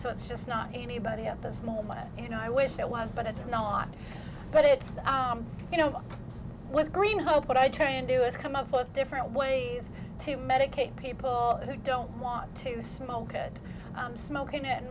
so it's just not anybody at this moment you know i wish i was but it's not but it's on you know with green hope but i try and do is come up with different ways to medicate people who don't want to smoke ted i'm smoking it